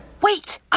Wait